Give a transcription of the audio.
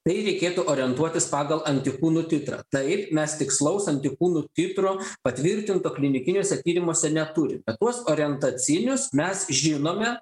tai reikėtų orientuotis pagal antikūnų titrą taip mes tikslaus antikūnų titro patvirtinto klinikiniuose tyrimuose neturim bet tuos orientacinius mes žinome